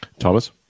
Thomas